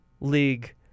league